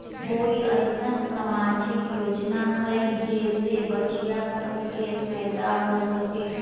कोई अईसन सामाजिक योजना हई जे से बच्चियां सब के फायदा हो सके?